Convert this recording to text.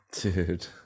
Dude